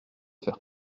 faire